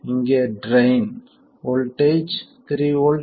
இங்கே drain voltage 3 V 0